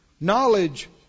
Knowledge